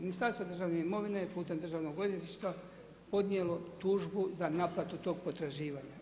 Ministarstvo državne imovine je putem Državnog odvjetništva podnijelo tužbu za naplatu tog potraživanja.